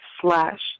slash